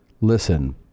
Listen